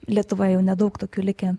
lietuvoj jau nedaug tokių likę